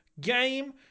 game